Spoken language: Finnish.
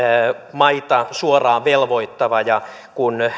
maita suoraan velvoittava ja kun